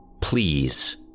please